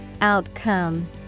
Outcome